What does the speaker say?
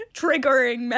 Triggering